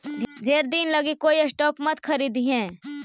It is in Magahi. ढेर दिन लागी कोई स्टॉक मत खारीदिहें